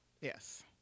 Yes